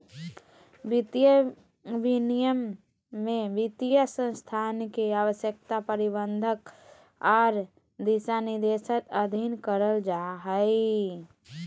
वित्तीय विनियमन में वित्तीय संस्थान के आवश्यकता, प्रतिबंध आर दिशानिर्देश अधीन करल जा हय